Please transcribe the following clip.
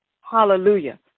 hallelujah